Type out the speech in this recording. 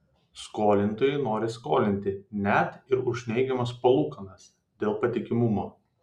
skolintojai nori skolinti net ir už neigiamas palūkanas dėl patikimumo